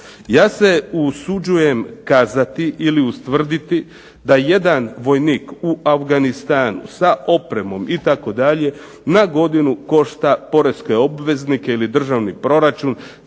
Ja se usuđujem kazati ili ustvrditi da jedan vojnik u Afganistanu, sa opremom itd., na godinu košta poreske obveznike ili državni proračun